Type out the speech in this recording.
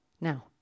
Now